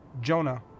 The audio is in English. Jonah